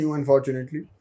unfortunately